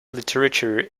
literature